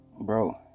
Bro